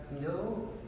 No